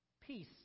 Peace